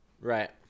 Right